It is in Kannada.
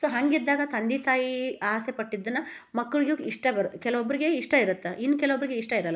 ಸೊ ಹಾಗಿದ್ದಾಗ ತಂದೆ ತಾಯಿ ಆಸೆ ಪಟ್ಟಿದ್ದನ್ನು ಮಕ್ಳಿಗೂ ಇಷ್ಟ ಕೆಲೊಬ್ಬರಿಗೆ ಇಷ್ಟ ಇರತ್ತೆ ಇನ್ನು ಕೆಲೊಬ್ಬರಿಗೆ ಇಷ್ಟ ಇರಲ್ಲ